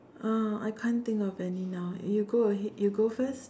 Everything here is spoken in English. oh I can't think of any now you go ahead you go first